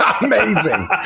Amazing